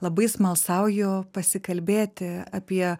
labai smalsauju pasikalbėti apie